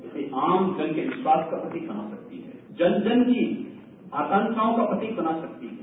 इसे आमजन के विश्वास का प्रतीक बना सकती है जन जन की आकांकाओं का प्रतीक बना सकती है